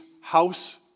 house